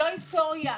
לא היסטוריה.